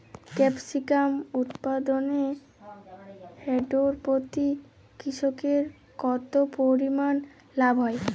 Capsicum উৎপাদনে hectare প্রতি কৃষকের কত পরিমান লাভ হয়?